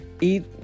Eat